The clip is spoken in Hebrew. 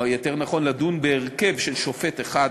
או יותר נכון, לדון בהרכב של שופט אחד.